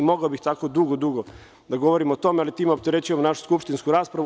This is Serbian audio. Mogao bih tako dugo, dugo da govorim o tome ali time opterećujem našu skupštinsku raspravu.